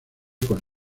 con